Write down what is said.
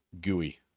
gooey